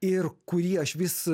ir kurį aš vis